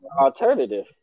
alternative